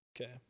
Okay